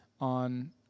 on